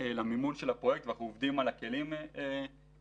למימון של הפרויקט ואנחנו עובדים על הכלים שקשורים